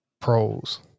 pros